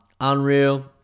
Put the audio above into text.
Unreal